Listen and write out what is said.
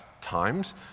times